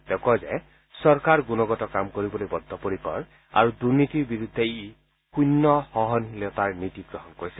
তেওঁ কয় যে চৰকাৰ গুণগত কাম কৰিবলৈ বদ্ধ পৰিকৰ আৰু দুৰ্নীতিৰ বিৰুদ্ধে ই শুন্য সহনশীলতাৰ নীতি গ্ৰহণ কৰিছে